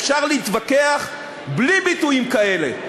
אפשר להתווכח בלי ביטויים כאלה.